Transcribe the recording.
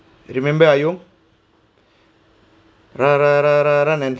remember ah you ru~ ru~ ru~ ru~ run and